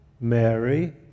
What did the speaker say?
Mary